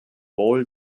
wohl